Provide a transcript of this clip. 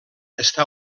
està